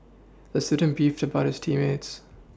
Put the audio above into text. the student beefed about his team mates